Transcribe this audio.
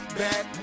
back